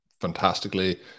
fantastically